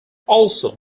also